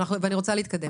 אני רוצה להתקדם